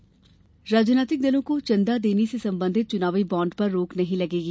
च्नावी बॉण्ड राजनीतिक दलों को चंदा देने से संबंधित चुनावी बॉन्ड पर रोक नहीं लगेगी